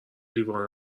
لیوان